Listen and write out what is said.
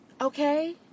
Okay